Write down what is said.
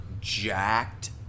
jacked